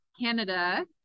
Canada